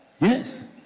Yes